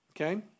Okay